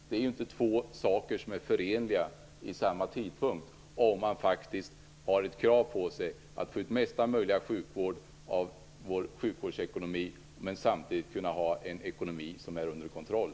Det är inte två saker som är förenliga vid samma tidpunkt om man har ett krav på sig att få ut mesta möjliga sjukvård av vår sjukvårdsekonomi och samtidigt kunna ha en ekonomi som är under kontroll.